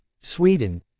Sweden